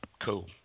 cool